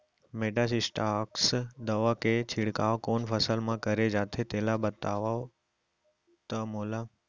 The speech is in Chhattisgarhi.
मेटासिस्टाक्स दवा के छिड़काव कोन फसल म करे जाथे तेला बताओ त मोला?